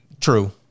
True